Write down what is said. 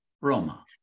Roma